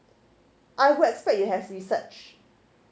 I would expect you have research